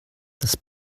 das